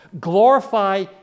Glorify